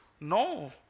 No